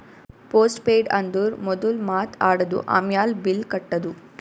post paid ಅಂದುರ್ ಮೊದುಲ್ ಮಾತ್ ಆಡದು, ಆಮ್ಯಾಲ್ ಬಿಲ್ ಕಟ್ಟದು